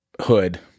hood